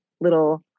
little